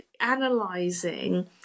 analyzing